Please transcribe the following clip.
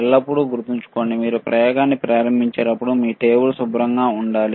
ఎల్లప్పుడూ గుర్తుంచుకోండి మీరు ప్రయోగాన్ని ప్రారంభించినప్పుడు మీ టేబుల్ శుభ్రంగా ఉండాలి